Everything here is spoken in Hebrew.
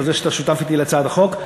על זה שאתה שותף אתי להצעת החוק,